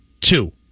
two